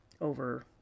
over